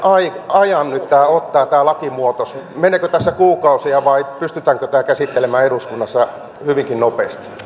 ajan nyt ottaa tämä lakimuutos meneekö tässä kuukausia vai pystytäänkö tämä käsittelemään eduskunnassa hyvinkin nopeasti